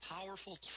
Powerful